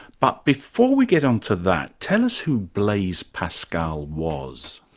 but before we get onto that, tell us who blaise pascal was.